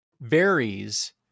varies